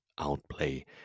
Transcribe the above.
outplay